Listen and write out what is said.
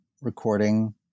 recording